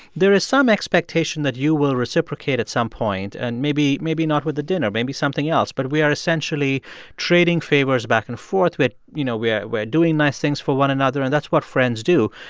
there is some expectation that you will reciprocate at some point and maybe maybe not with a dinner, maybe something else but we are essentially trading favors back and forth. you know, we're we're doing nice things for one another, and that's what friends do.